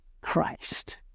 Christ